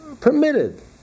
permitted